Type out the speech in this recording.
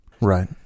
Right